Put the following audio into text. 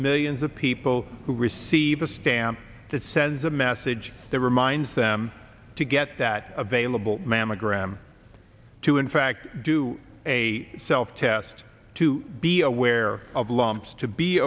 millions of people who receive a stamp that sends a message that reminds them to get that available mammogram to in fact do a self test to be aware of lumps to be